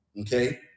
okay